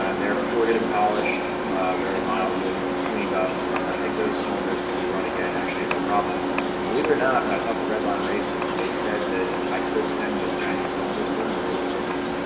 um they're ported and polished very mildly cleaned up and i think those cylinders could be run again actually, no problem and believe it or not when i talked to redline racing they said that i could send those chinese cylinders to them and they would port them.